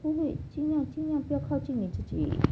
不会尽量尽量不要靠近你自己